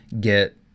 get